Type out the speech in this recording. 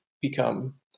become